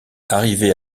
arrivait